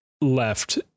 left